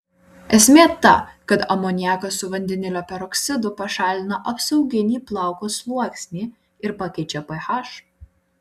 esmė ta kad amoniakas su vandenilio peroksidu pašalina apsauginį plauko sluoksnį ir pakeičia ph